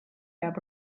peab